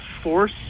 force